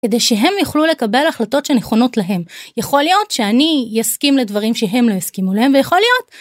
כדי שהם יוכלו לקבל החלטות שנכונות להם. יכול להיות שאני אסכים לדברים שהם לא יסכימו להם, ויכול להיות